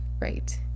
right